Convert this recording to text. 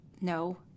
No